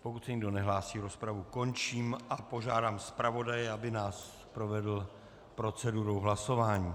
Pokud se nikdo nehlásí, rozpravu končím a požádám zpravodaje, aby nás provedl procedurou hlasování.